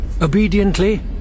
Obediently